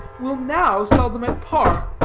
will now sell them at par,